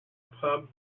pub